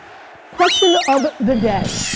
question of the day.